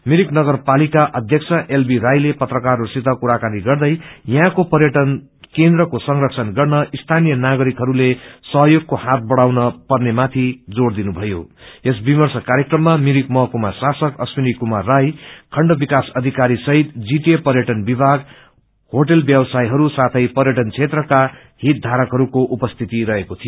मिरिक नगरपालिका अध्यक्ष एलबी राईले पत्रकारहरूसित कुराकानी गर्दै यहाँका पर्यअन केन्द्रको संरक्षण गर्न सीनीय नागरिकहरूले सहयोगको हात बढ़ाउन पर्नेमाथि जोड़ दिनुभयों यस विर्मश कायहकुमा शासक अश्विनी कुमार राय खण्ड विकास अध्किारी सहित जीटिए पर्यअन विभाग होटल व्यवसायीहरू साथै पर्यअन क्षेत्रका हितधारकहरूको उपस्थिति रहेको थियो